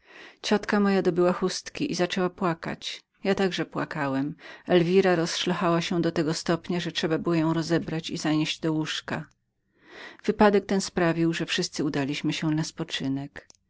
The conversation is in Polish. ciotka moja dobyła chustki i zaczęła płakać ja także płakałem elwira rozszlochała się do tego stopnia że trzeba było ją rozebrać i zanieść do łóżka wypadek ten sprawił że wszyscy udaliśmy się na spoczynek